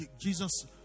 Jesus